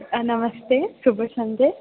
ಹಾಂ ನಮಸ್ತೆ ಶುಭ ಸಂಜೆ